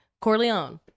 Corleone